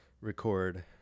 record